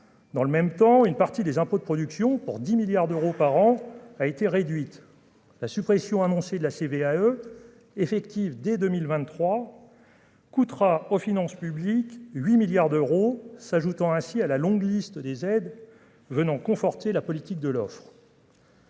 dans le même temps, une partie des impôts de production pour 10 milliards d'euros par an a été réduite la suppression annoncée de la CVAE effective dès 2023 coûtera aux finances publiques 8 milliards d'euros s'ajoutant ainsi à la longue liste des aides venant conforter la politique de l'offre.